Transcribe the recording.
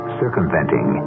circumventing